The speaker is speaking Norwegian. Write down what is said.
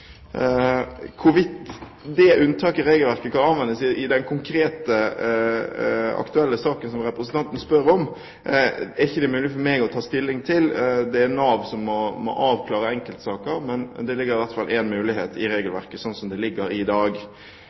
Hvorvidt det unntaket i regelverket kan anvendes i den konkrete, aktuelle saken som representanten spør om, er det ikke mulig for meg å ta stilling til. Det er Nav som må avklare enkeltsaker, men det ligger i hvert fall en mulighet i regelverket sånn som det ligger i dag.